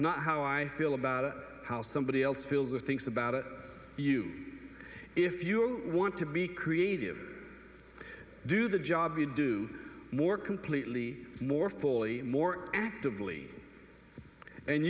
not how i feel about it how somebody else feels or thinks about it you if you want to be creative do the job you do more completely more fully more actively and